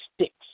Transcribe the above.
sticks